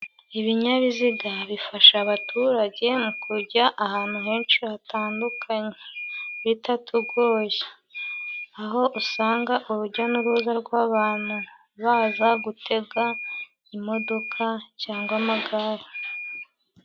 Ibinyabiziga bifasha abaturage mu kujya ahantu henshi hatandukanye, bitatugoye aho usanga urujya n'uruza rw'abantu baza gutega imodoka cyangwa amagare.